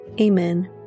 Amen